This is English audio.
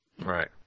Right